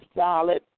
solid